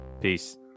Peace